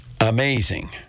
Amazing